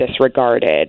disregarded